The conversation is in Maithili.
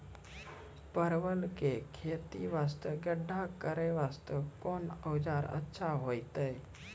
परवल के खेती वास्ते गड्ढा करे वास्ते कोंन औजार अच्छा होइतै?